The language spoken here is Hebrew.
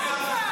די כבר.